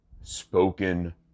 spoken